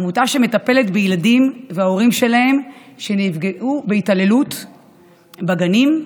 עמותה שמטפלת בילדים ובהורים שלהם שנפגעו בהתעללות בגנים,